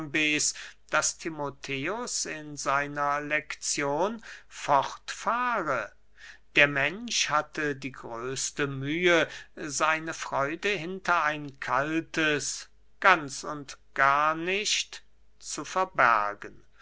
daß timotheus in seiner lekzion fortfahre der mensch hatte die größte mühe seine freude hinter ein kaltes ganz und gar nicht zu verbergen